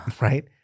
right